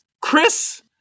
Chris